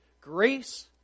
grace